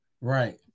Right